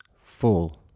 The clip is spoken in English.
full